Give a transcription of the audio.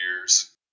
years